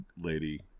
Lady